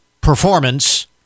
performance